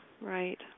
right